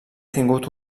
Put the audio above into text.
tingut